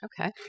Okay